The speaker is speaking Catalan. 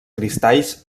cristalls